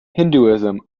hinduism